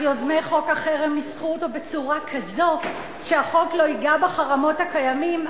אך יוזמי חוק החרם ניסחו אותו בצורה כזו שהחוק לא ייגע בחרמות הקיימים,